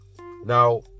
Now